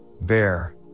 bear